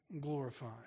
glorified